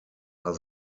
are